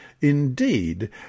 indeed